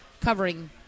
covering